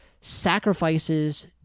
sacrifices